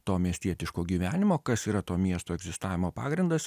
to miestietiško gyvenimo kas yra to miesto egzistavimo pagrindas